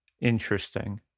Interesting